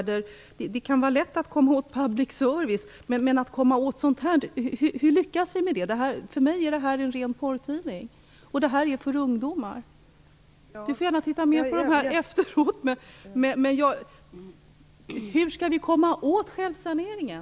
Det kan vara lätt med public service-företag, men hur lyckas vi med sådant här? Det här är för mig en ren porrtidning, och den är gjord för ungdomar. Kulturministern får gärna titta mer i den efteråt. Hur skall vi lyckas med självsaneringen?